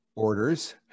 Orders